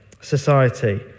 society